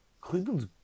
Cleveland's